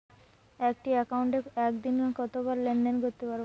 একটি একাউন্টে একদিনে কতবার লেনদেন করতে পারব?